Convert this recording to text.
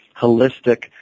holistic